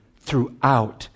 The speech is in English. throughout